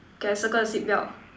K I circle the seat belt